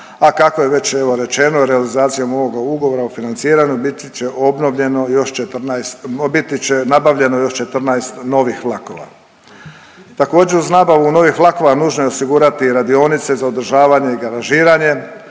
a kako je već, evo, rečeno i realizacija ovoga Ugovora o financiranju biti će obnovljeno još 14, biti će nabavljeno još 14 novih vlakova. Također, uz nabavu novih vlakova nužno je osigurati radionice za održavanje i garažiranje.